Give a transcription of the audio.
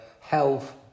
health